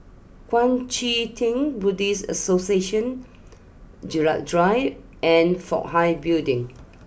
Kuang Chee Tng Buddhist Association Gerald Drive and Fook Hai Building